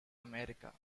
america